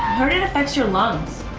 heard it affects your lungs.